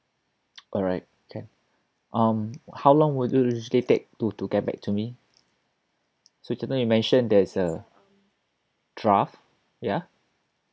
alright can um how long will you usually take to to get back to me so just now you mentioned there's uh draft ya